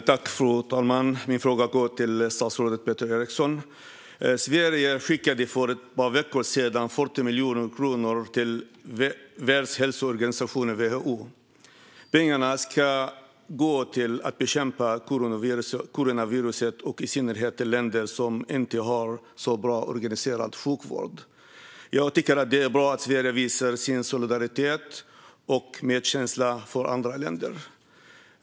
Fru talman! Min fråga går till statsrådet Peter Eriksson. Sverige skickade för ett par veckor sedan 40 miljoner kronor till Världshälsoorganisationen, WHO. Pengarna ska gå till att bekämpa coronaviruset, i synnerhet i länder som inte har en särskilt väl organiserad sjukvård. Jag tycker att det är bra att Sverige visar sin solidaritet och medkänsla för andra länder.